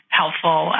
helpful